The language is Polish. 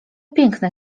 piękne